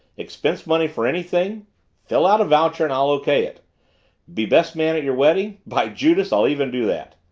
expense money for anything fill out a voucher and i'll o k. it be best man at your wedding by judas, i'll even do that!